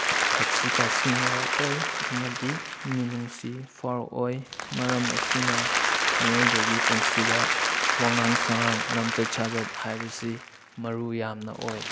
ꯊꯛꯁꯤ ꯈꯥꯁꯤ ꯅꯥꯏꯔꯛꯂꯣꯏ ꯑꯃꯗꯤ ꯃꯤꯅꯨꯡꯁꯤ ꯐꯥꯎꯔꯛꯂꯣꯏ ꯃꯔꯝ ꯑꯁꯤꯅ ꯃꯤꯑꯣꯏꯕꯒꯤ ꯄꯨꯟꯁꯤꯗ ꯋꯥꯉꯥꯡ ꯁꯉꯥꯡ ꯂꯝꯆꯠ ꯁꯖꯠ ꯍꯥꯏꯕꯁꯤ ꯃꯔꯨ ꯌꯥꯝꯅ ꯑꯣꯏ